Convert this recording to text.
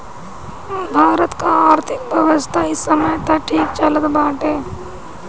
भारत कअ आर्थिक व्यवस्था इ समय तअ ठीक चलत बाटे